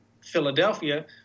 Philadelphia